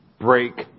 break